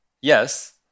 yes